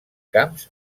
camps